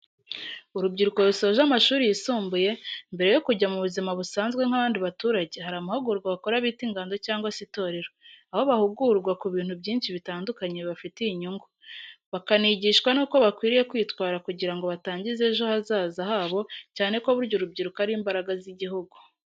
Urubyiruko rusoje amashuri y'isumbuye mbere yo kujya mu buzima busanzwe nk'abandi baturage, hari amahugurwa bakora bita ingando cyngwa se itorero, aho bahugurwa ku bintu byinshi bitandukanye bibafitiye inyungu nbakanigishwa nuko bakwiye kwitwara kugira ngo batangiza ejo hazaza habo cyane ko burya urubyiruko ari imbaraga z'igihugu.